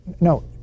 No